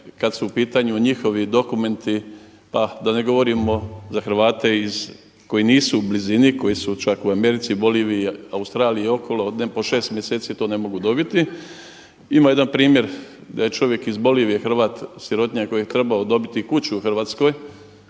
kad su u pitanju njihovi dokumenti pa da ne govorimo za Hrvate koji nisu u blizini, koji su čak u Americi, Boliviji, Austriji i okolo po 6 mjeseci to ne mogu dobiti. Ima jedan primjer da je čovjek iz Bolivije Hrvat sirotinja koji je trebao dobiti kuću u Hrvatskoj